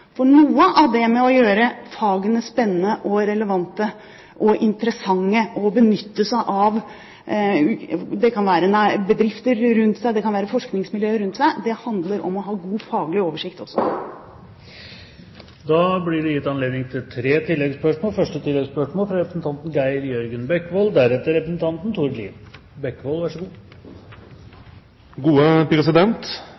Det å gjøre fagene spennende, relevante, interessante og å benytte seg av f.eks. bedrifter og forskningsmiljøer i nærmiljøet, handler også om å ha god faglig oversikt. Det blir gitt anledning til tre oppfølgingsspørsmål – først Geir Jørgen Bekkevold.